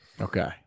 Okay